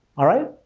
alright?